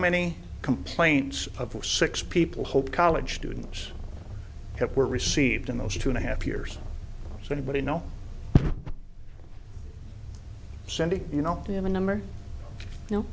many complaints of six people hope college students that were received in those two and a half years so anybody know sending you know you have a number you know